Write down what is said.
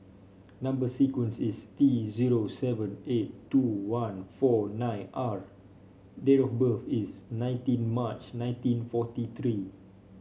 number sequence is T zero seven eight two one four nine R date of birth is nineteen March nineteen forty three